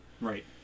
Right